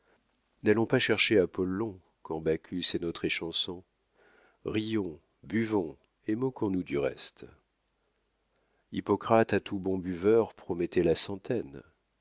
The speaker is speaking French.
n'allons pas chercher apollon quand bacchus est notre échanson rions buvons et moquons nous du reste hippocrate à tout bon buveur promettait la centaine